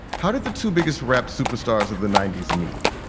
how did the two biggest rap superstars of the ninety s meet?